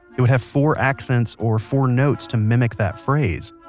it would have four accents or four notes to mimic that phrase.